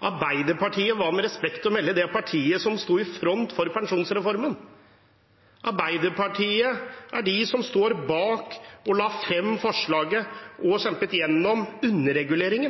Arbeiderpartiet var – med respekt å melde – det partiet som sto i front for pensjonsreformen. Arbeiderpartiet er de som sto bak, la frem og kjempet igjennom forslaget om underregulering.